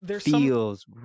feels